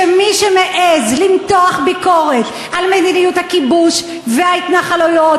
שמי שמעז למתוח ביקורת על מדיניות הכיבוש וההתנחלויות